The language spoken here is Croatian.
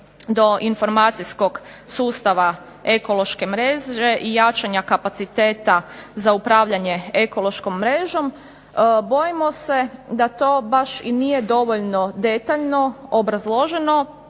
do informacijskog sustava ekološke mreže i jačanja kapaciteta za upravljanje ekološkom mrežom, bojimo se da to baš i nije dovoljno detaljno obrazloženo